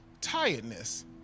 tiredness